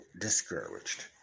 discouraged